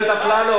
חבר הכנסת אפללו.